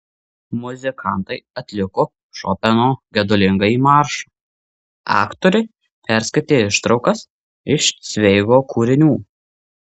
muzikantai atliko šopeno gedulingąjį maršą aktoriai perskaitė ištraukas iš cveigo kūrinių